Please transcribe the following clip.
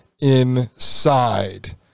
inside